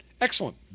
excellent